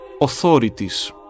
authorities